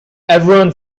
everyone